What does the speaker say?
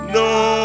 no